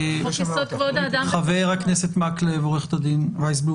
מסוים, שאתה צריך לתת לו את האפשרות הזאת.